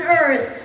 earth